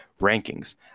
rankings